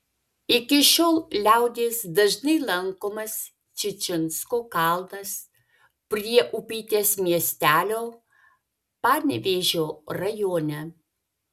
iki šiol liaudies dažnai lankomas čičinsko kalnas prie upytės miestelio panevėžio rajone